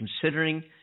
considering